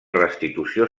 restitució